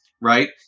right